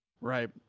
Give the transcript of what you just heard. Right